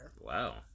Wow